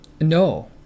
No